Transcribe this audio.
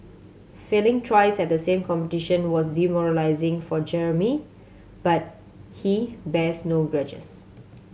failing twice at the same competition was demoralising for Jeremy but he bears no grudges